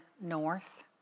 North